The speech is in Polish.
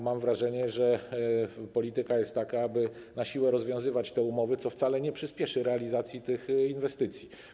Mam wrażenie, że polityka jest taka, aby na siłę rozwiązywać te umowy, co wcale nie przyspieszy realizacji tych inwestycji.